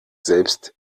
selbst